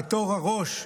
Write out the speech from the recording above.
בתור הראש,